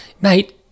Mate